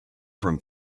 from